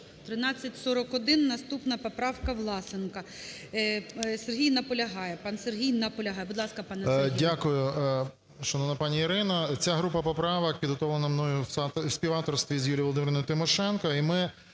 1341. Наступна поправка Власенка. Сергій наполягає. Пан Сергій Наполягає. Будь ласка, пане Сергій. 11:40:13 ВЛАСЕНКО С.В. Дякую, шановна пані Ірина. Ця група поправок підготовлена мною в співавторстві з Юлією Володимирівною Тимошенко.